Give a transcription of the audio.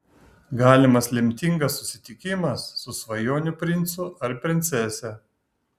galimas lemtingas susitikimas su svajonių princu ar princese